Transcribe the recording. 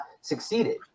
succeeded